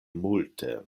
multe